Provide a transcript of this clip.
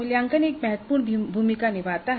मूल्यांकन एक महत्वपूर्ण भूमिका निभाता है